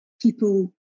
People